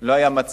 לא היה מצב